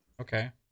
okay